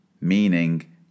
meaning